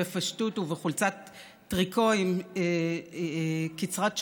בפשטות ובחולצת טריקו קצרת שרוולים.